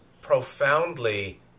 profoundly